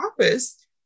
office